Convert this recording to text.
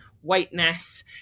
whiteness